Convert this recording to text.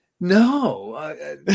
no